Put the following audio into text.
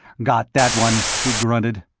got that one! he grunted.